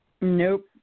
Nope